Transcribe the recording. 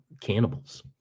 cannibals